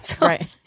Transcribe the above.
Right